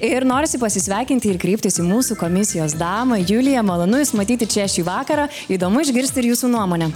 ir norisi pasisveikinti ir kreiptis į mūsų komisijos damą julija malonu jus matyti čia šį vakarą įdomu išgirsti ir jūsų nuomonę